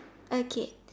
okay